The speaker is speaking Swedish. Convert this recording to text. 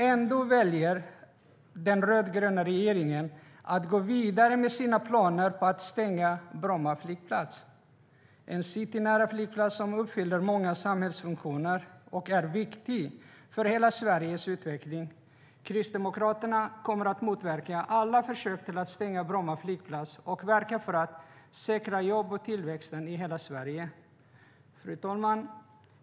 Ändå väljer den rödgröna regeringen att gå vidare med sina planer på att stänga Bromma flygplats - en citynära flygplats som fyller många samhällsfunktioner och är viktig för hela Sveriges utveckling. Kristdemokraterna kommer att motverka alla försök att stänga Bromma flygplats och kommer att verka för att säkra jobb och tillväxt i hela Sverige. Fru talman!